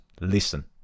listen